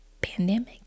pandemic